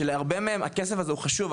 אנשים שלהרבה מהם הכסף הזה מאוד חשוב,